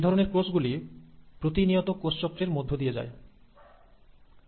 এই ধরনের কোষ গুলি প্রতিনিয়ত কোষচক্রের মধ্য দিয়ে যায়